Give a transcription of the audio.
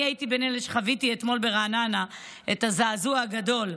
אני הייתי בין אלה שחוויתי אתמול ברעננה את הזעזוע הגדול.